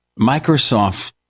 Microsoft